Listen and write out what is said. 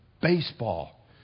baseball